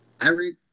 Eric